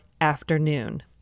afternoon